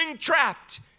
trapped